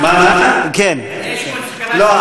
לא,